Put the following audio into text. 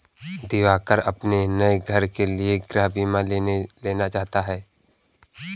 दिवाकर अपने नए घर के लिए गृह बीमा लेना चाहता है